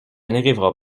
n’arrivera